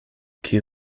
kiu